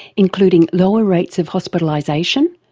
including lower rates of hospitalisation,